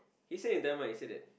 he said in Tamil he said that